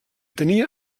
tenia